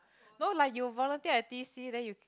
no like you volunteer at T_C then you